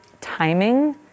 timing